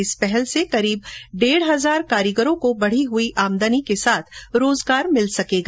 इस पहल से करीब डेढ हजार कारीगरों को बढी हुई आमदनी के साथ रोजगार मिल सकेगा